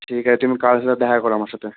ঠিক আছে তুমি কাল এসে দেখা করো আমার সাথে